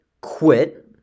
quit